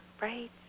right